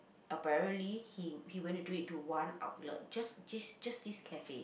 apparent he he went to do it to one outlet just just just this cafe